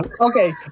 Okay